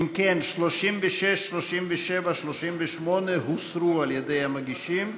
36, 37 ו-38 הוסרו על ידי המגישים.